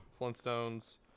Flintstones